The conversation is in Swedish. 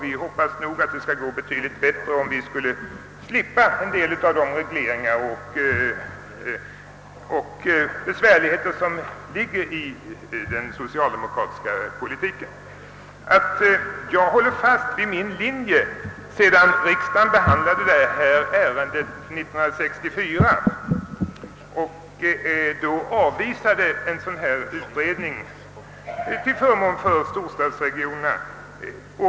Vi tror att det skulle gå ännu bättre om vi kunde slippa en del av de regleringar som införts genom den socialdemokratiska politiken. Jag håller fast vid den linje jag hade när riksdagen behandlade denna fråga 1964 och då avvisade en utredning till förmån för storstadsregionerna.